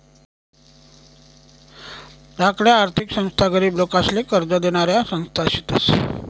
धाकल्या आर्थिक संस्था गरीब लोकेसले कर्ज देनाऱ्या संस्था शेतस